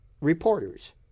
reporters